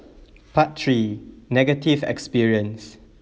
part three negative experience